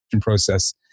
process